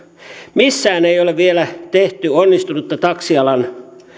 missään ei ole vielä tehty onnistunutta taksialan